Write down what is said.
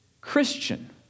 Christian